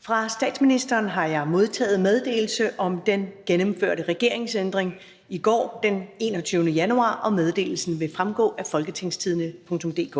Fra statsministeren har jeg modtaget meddelelse om den gennemførte regeringsændring i går, den 21. januar 2021. Meddelelsen vil fremgå af www.folketingstidende.dk